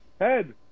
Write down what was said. Head